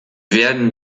werden